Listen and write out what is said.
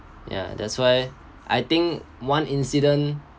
ya that's why I think one incident